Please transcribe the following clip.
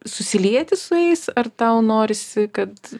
susilieti su jais ar tau norisi kad